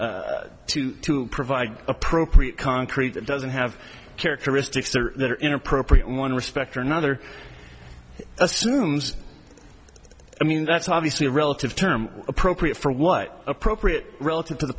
to provide appropriate concrete that doesn't have characteristics that are inappropriate in one respect or another assumes i mean that's obviously a relative term appropriate for what appropriate relative to the